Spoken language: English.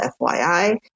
FYI